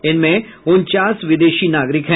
इनमें उनचास विदेशी नागरिक हैं